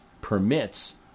permits